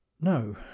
no